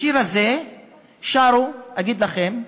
השיר הזה שרו, אגיד לכם,